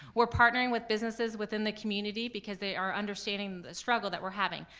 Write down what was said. we're partnering with businesses within the community because they are understanding the struggle that we're having.